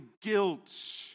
guilt